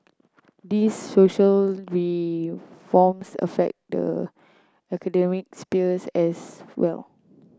these social reforms affect the spheres as well